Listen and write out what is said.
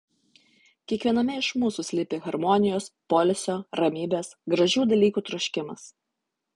kiekviename iš mūsų slypi harmonijos poilsio ramybės gražių dalykų troškimas